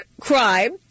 crime